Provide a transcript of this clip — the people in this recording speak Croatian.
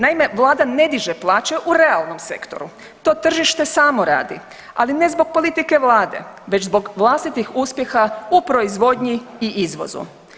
Naime, Vlada ne diže plaće u realnom sektoru, to tržište samo radi, ali ne zbog politike Vlade već zbog vlastitih uspjeha u proizvodnji i izvozu.